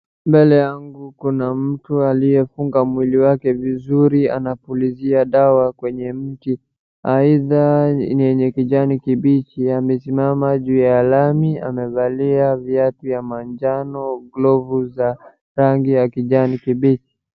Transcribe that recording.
Mbele yangu kuna mtu aliyefunga mwili wake vizuri anapulizia dawa kwenye mti aidha yenye kijani kibichi. Amesimama juu ya lami amevalia viatu ya manjano, glavu za rangi ya kijani kibichi.